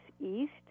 east